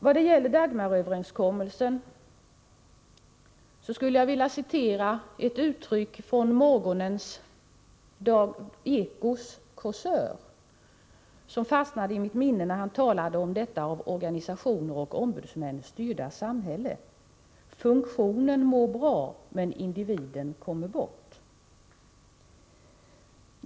Vad gäller Dagmaröverenskommelsen skulle jag vilja citera ett uttryck som morgonens Ekokåsör använde och som fastnade i mitt minne. Han talade om det av organisationer och ombudsmän styrda samhället och han sade bl.a.: Funktionen mår bra men individen kommer bort.